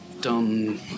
done